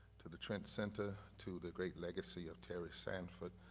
to the trent center, to the great legacy of terry sanford,